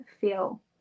feel